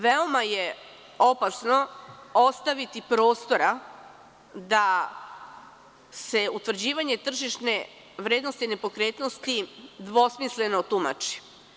Veoma je opasno ostaviti prostora da se utvrđivanje tržišne vrednosti nepokretnosti dvosmisleno tumači.